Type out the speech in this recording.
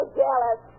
jealous